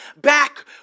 back